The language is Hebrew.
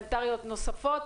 נוספות,